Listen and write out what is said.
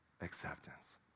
acceptance